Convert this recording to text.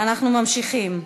אנחנו ממשיכים.